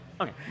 Okay